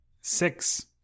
six